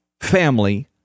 family